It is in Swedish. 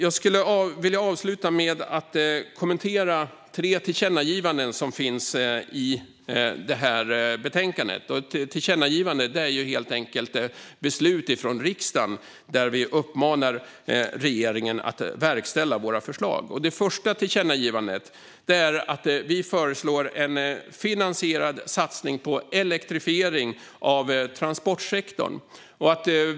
Jag skulle vilja avsluta med att kommentera tre tillkännagivanden som finns i betänkandet. Ett tillkännagivande är helt enkelt ett beslut från riksdagen där vi uppmanar regeringen att verkställa våra förslag. Det första tillkännagivandet är att vi föreslår en finansierad satsning på elektrifiering av transportsektorn.